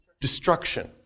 destruction